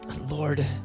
Lord